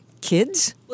kids